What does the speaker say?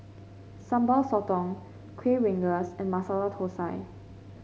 Sambal Sotong Kuih Rengas and Masala Thosai